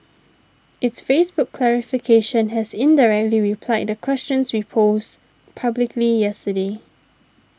its Facebook clarification has indirectly replied the questions we posed publicly yesterday